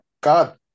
God